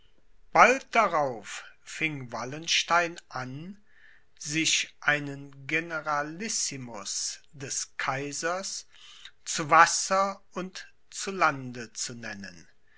bald darauf fing wallenstein an sich einen generalissimus des kaisers zu wasser und zu lande zu nennen